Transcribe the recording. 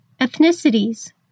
ethnicities